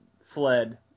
fled